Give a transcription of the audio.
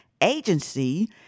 agency